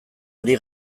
ari